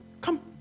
come